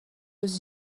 aux